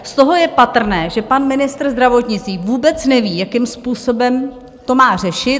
Z toho je patrné, že pan ministr zdravotnictví vůbec neví, jakým způsobem to má řešit.